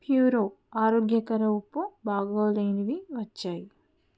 Puro ఆరోగ్యకర ఉప్పు బాగాలేనివి వచ్చాయి